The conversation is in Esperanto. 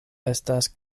estas